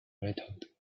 rattled